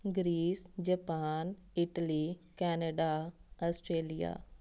Greece Japan Italy Canada Australia